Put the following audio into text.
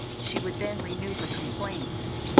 she would then renew her complaints,